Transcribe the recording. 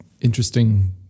interesting